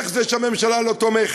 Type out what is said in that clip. איך זה שהממשלה לא תומכת?